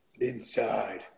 inside